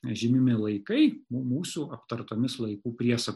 žymimi laikai na mūsų aptartomis laikų priesagom